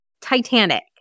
Titanic